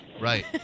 Right